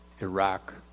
Iraq